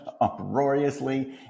uproariously